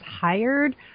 hired